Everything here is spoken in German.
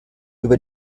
über